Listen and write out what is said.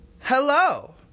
hello